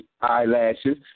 eyelashes